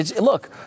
look